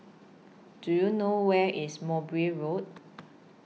Do YOU know Where IS Mowbray Road